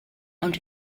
ond